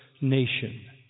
nation